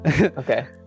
okay